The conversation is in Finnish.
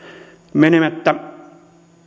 menemättä